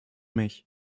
mich